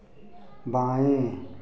बाएँ